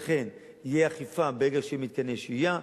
לכן תהיה אכיפה ברגע שיהיו מתקני שהייה.